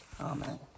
Amen